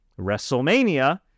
Wrestlemania